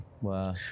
wow